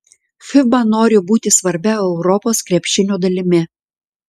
fiba nori būti svarbia europos krepšinio dalimi